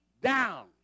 down